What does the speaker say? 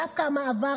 דווקא המעברים,